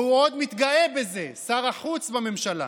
והוא עוד מתגאה בזה, שר החוץ בממשלה,